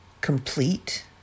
complete